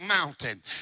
mountain